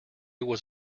was